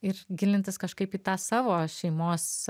ir gilintis kažkaip į tą savo šeimos